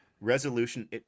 Resolution